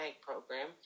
program